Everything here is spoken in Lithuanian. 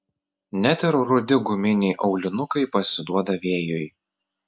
net ir rudi guminiai aulinukai pasiduoda vėjui